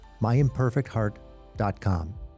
myimperfectheart.com